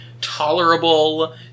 tolerable